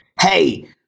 Hey